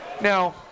Now